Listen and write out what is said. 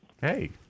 Hey